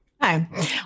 Hi